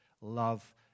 love